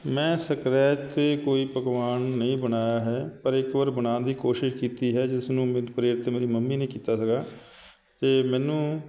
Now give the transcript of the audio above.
ਮੈਂ ਸਕਰੈਚ 'ਤੇ ਕੋਈ ਪਕਵਾਨ ਨਹੀਂ ਬਣਾਇਆ ਹੈ ਪਰ ਇੱਕ ਵਾਰ ਬਣਾਉਣ ਦੀ ਕੋਸ਼ਿਸ਼ ਕੀਤੀ ਹੈ ਜਿਸ ਨੂੰ ਮਿਤ ਪ੍ਰੇਰਿਤ ਮੇਰੀ ਮੰਮੀ ਨੇ ਕੀਤਾ ਸੀਗਾ ਅਤੇ ਮੈਨੂੰ